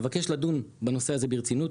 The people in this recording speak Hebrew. אבקש לדון בנושא הזה ברצינות,